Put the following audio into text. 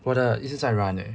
我的一直在 run eh